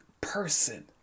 person